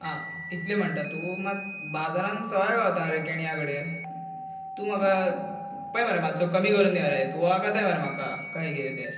आं इतले म्हणटा तूं मात बाजारान सवाय गावता रे केण्या कडेन तूं म्हाका पळय मरे मातसो कमी करून दी मरे वळखताय मरे म्हाका कहे कितें तें